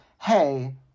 hey